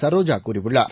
சரோஜா கூறியுள்ளார்